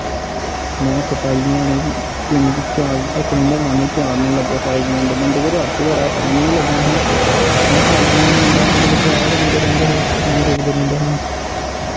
में इक फाईल बनाने तिन्न चार इक दिन लगदा में चार दिन लग्गे फाईल बनादे बंदे कोल रश गै बड़ा हा टैम निं लग्गा दा हा में फाईल बनान जंदा ओह्दे कोल ग्राह्क औंदे रौंह्दे हे उत्थै कम्म रुकदा रौंह्दा हा